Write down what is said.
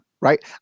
right